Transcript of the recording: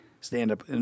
stand-up